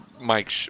Mike